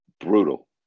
brutal